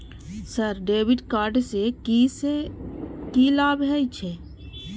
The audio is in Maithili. सर डेबिट कार्ड से की से की लाभ हे छे?